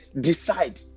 Decide